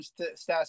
stats